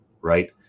right